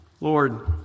Lord